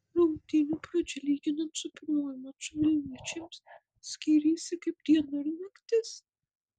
rungtynių pradžia lyginant su pirmuoju maču vilniečiams skyrėsi kaip diena ir naktis